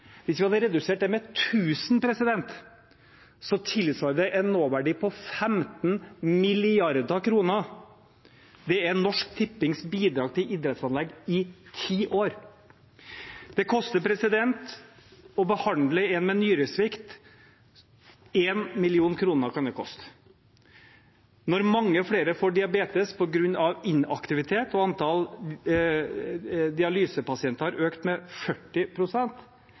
Hvis vi hadde redusert det med 1 000, hadde det tilsvart en nåverdi på 15 mrd. kr. Det er Norsk Tippings bidrag til idrettsanlegg i ti år. Det koster å behandle en med nyresvikt, 1 mill. kr kan det koste. Når mange flere får diabetes på grunn av inaktivitet, og antall dialysepasienter har økt med